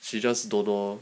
she just don't know lor